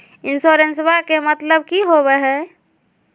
इंसोरेंसेबा के मतलब की होवे है?